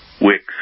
Wix